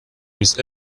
mis